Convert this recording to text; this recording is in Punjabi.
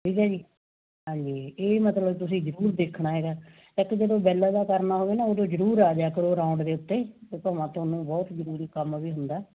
ਠੀਕ ਹੈ ਜੀ ਹਾਂਜੀ ਇਹ ਮਤਲਬ ਤੁਸੀਂ ਜ਼ਰੂਰ ਦੇਖਣਾ ਹੈਗਾ ਇੱਕ ਜਦੋਂ ਬਿੱਲ ਦਾ ਕਰਨਾ ਹੋਵੇ ਨਾ ਉਦੋਂ ਜ਼ਰੂਰ ਆ ਜਾਇਆ ਕਰੋ ਰਾਉਂਡ ਦੇ ਉੱਤੇ ਫਿਰ ਭਾਵੇਂ ਤੁਹਾਨੂੰ ਬਹੁਤ ਜ਼ਰੂਰੀ ਕੰਮ ਵੀ ਹੁੰਦਾ